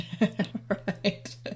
right